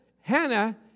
Hannah